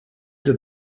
did